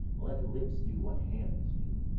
let lips do what hands do!